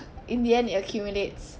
in the end it accumulates